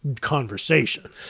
conversation